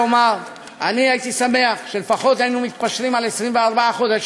לומר: אני הייתי שמח אם לפחות היינו מתפשרים על 24 חודשים,